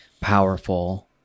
powerful